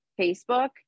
Facebook